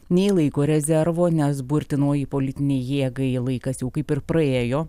nei laiko rezervo nes burtinoji politinei jėgai laikas jau kaip ir praėjo